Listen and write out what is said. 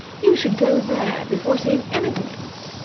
you should go there before seeing any thing else.